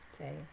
okay